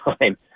time